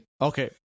Okay